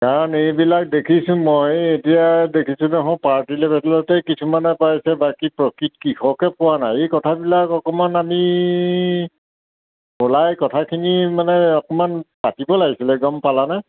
কাৰণ এইবিলাক দেখিছোঁ মই এতিয়া দেখিছোঁ দেখোঁ পাৰ্টি লেভেলতে কিছুমানে পাইছে বাকী প্ৰকৃত কৃষকে পোৱা নাই এই কথাবিলাক অকণমান আমি ওলাই কথাখিনি মানে অকণমান পাতিব লাগিছিল গম পালানে